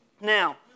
Now